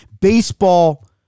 baseball